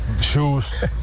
shoes